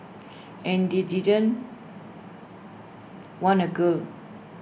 and they didn't want A girl